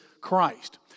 Christ